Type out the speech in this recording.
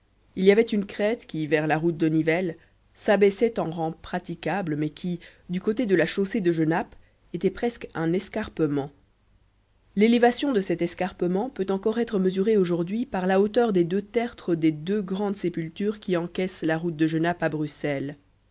il y avait une crête qui vers la route de nivelles s'abaissait en rampe praticable mais qui du côté de la chaussée de genappe était presque un escarpement l'élévation de cet escarpement peut encore être mesurée aujourd'hui par la hauteur des deux tertres des deux grandes sépultures qui encaissent la route de genappe à bruxelles